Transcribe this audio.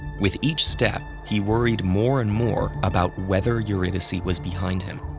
with each step, he worried more and more about whether eurydice was behind him.